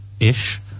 ish